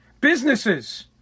Businesses